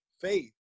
faith